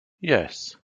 yes